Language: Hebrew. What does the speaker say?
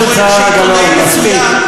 חברת הכנסת זהבה גלאון, מספיק.